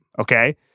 okay